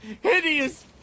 hideous